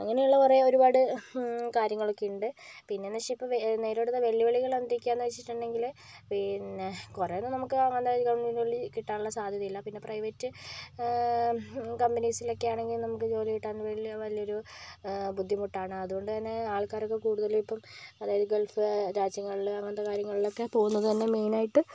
അങ്ങനെയുള്ള കുറേ ഒരുപാട് കാര്യങ്ങൾ ഒക്കെയുണ്ട് പിന്നെന്നുവെച്ചാൽ ഇപ്പോൾ ഇന്നിപ്പോൾ നേരിടുന്ന വെല്ലുവിളികൾ എന്തൊക്കെയാണെന്ന് വെച്ചിട്ടുണ്ടെങ്കിൽ കുറെ ഒന്നും നമുക്ക് അങ്ങനെ ഗവൺമെൻറ് ജോലി കിട്ടാനുള്ള സാദ്ധ്യതയില്ല പിന്നെ പ്രൈവറ്റ് കമ്പനീസിൽ ഒക്കെ ആണെങ്കിൽ നമുക്ക് ജോലി കിട്ടാൻ വലിയൊരു ബുദ്ധിമുട്ടാണ് അതുകൊണ്ട് തന്നെ ആൾക്കാർ ഒക്കെ കൂടുതലും ഇപ്പം അതായിത് ഗൾഫ് രാജ്യങ്ങൾ അങ്ങനെയൊക്കെ ഉള്ള രാജ്യങ്ങളിൽ പോകുന്നത് തന്നെ മെയിൻ ആയിട്ട്